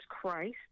christ